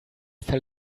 fell